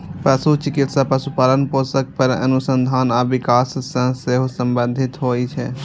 पशु चिकित्सा पशुपालन, पोषण पर अनुसंधान आ विकास सं सेहो संबंधित होइ छै